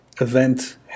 event